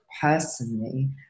personally